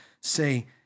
say